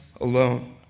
alone